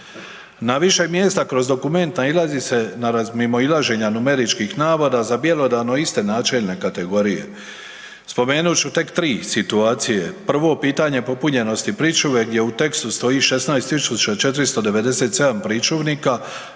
Na više mjesta kroz dokument nailazi se na mimoilaženja numeričkih navoda za bjelodano iste načelne kategorije. Spomenut ću tek tri situacije. Prvo pitanje popunjenosti pričuve gdje u tekstu stoji 16.497 pričuvnika